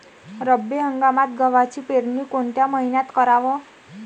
रब्बी हंगामात गव्हाची पेरनी कोनत्या मईन्यात कराव?